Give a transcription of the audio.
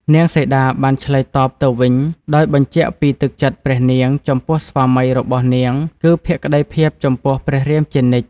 នាងសីតាបាន ឆ្លើយតបទៅវិញ ដោយបញ្ជាក់ពីទឹកចិត្តព្រះនាង ចំពោះស្វាមីរបស់នាង គឺ ភក្តីភាពចំពោះព្រះរាមជានិច្ច។